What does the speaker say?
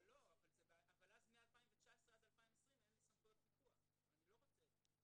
אבל אז בין 2019 ל-2020 אין לי סמכויות פיקוח ואני לא רוצה את זה.